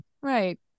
right